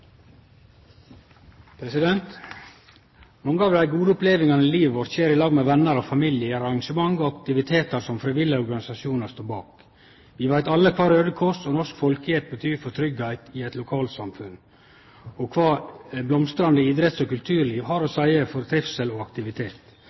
minutter. Mange av dei gode opplevingane i livet vårt skjer i lag med venner og familie i arrangement og aktivitetar som frivillige organisasjonar står bak. Vi veit alle kva Raudekrossen og Norsk Folkehjelp betyr for tryggleiken i eit lokalsamfunn, og kva eit blomstrande idretts- og kulturliv har å